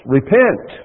Repent